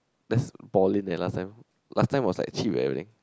that's balling eh last time last time was like cheap eh